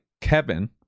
Kevin